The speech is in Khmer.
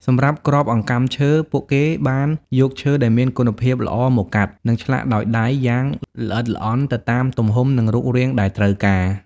សម្រាប់ គ្រាប់អង្កាំឈើ ពួកគេបានយកឈើដែលមានគុណភាពល្អមកកាត់ និងឆ្លាក់ដោយដៃយ៉ាងល្អិតល្អន់ទៅតាមទំហំ និងរូបរាងដែលត្រូវការ។